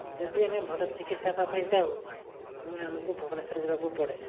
ଯଦି ଆମେ ଭଲ ଚିକିତ୍ସା ହବା ପାଇଁ ଯାଉ ଆମେ ଆମକୁ ଭୁବନେଶ୍ୱର ଯିବାକୁ ପଡ଼େ